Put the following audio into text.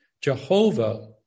Jehovah